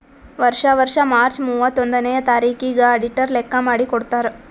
ವರ್ಷಾ ವರ್ಷಾ ಮಾರ್ಚ್ ಮೂವತ್ತೊಂದನೆಯ ತಾರಿಕಿಗ್ ಅಡಿಟರ್ ಲೆಕ್ಕಾ ಮಾಡಿ ಕೊಡ್ತಾರ್